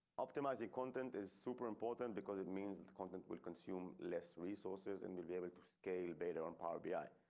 optimizing content is super important because it means that content will consume less resources and will be able to scale data on power bi. ah